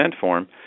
form